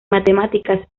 matemáticas